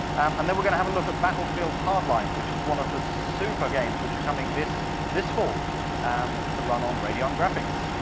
and then, we're going to have a look at battlefield hardline, which is one of the super games which are coming this this fall um to run on radeon graphics.